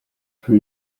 for